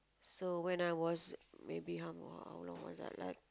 so when I was maybe how long how long was I like